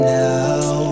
now